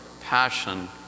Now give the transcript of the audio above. passion